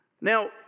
Now